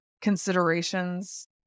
considerations